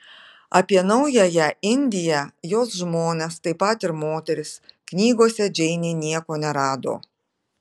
apie naująją indiją jos žmones taip pat ir moteris knygose džeinė nieko nerado